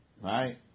right